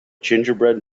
gingerbread